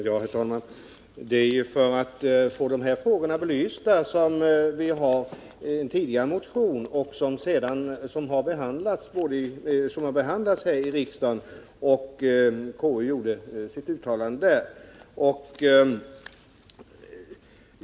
Herr talman! Det är för att få de här frågorna belysta vi tidigare väckt en motion, som behandlats här i riksdagen. Konstitutionsutskottet uttalade sig om den.